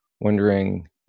wondering